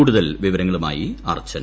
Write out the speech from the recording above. കൂടുതൽ വിവരങ്ങളുമായി അർച്ചന